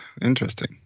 Interesting